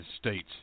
States